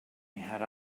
had